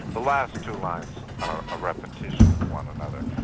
the last two lines are a repetition of one another.